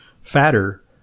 fatter